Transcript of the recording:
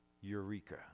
eureka